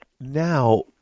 now